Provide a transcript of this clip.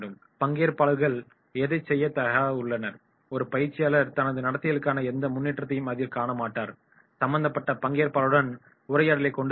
பங்கேற்பாளர்கள் எதையும் செய்யத் தயாராக உள்ளனர் ஒரு பயிற்சியாளர் தனது நடத்தைகளுக்கான எந்த முன்னேற்றத்தையும் அதில் காணமாட்டார் சம்பந்தப்பட்ட பங்கேற்பாளர்களுடன் உரையாடலைக் கொண்டு இருப்பார்